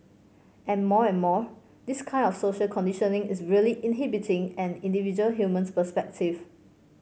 and more and more this kind of social conditioning is really inhibiting an individual human perspective